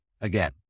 Again